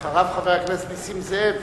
ואחריו, חבר הכנסת נסים זאב,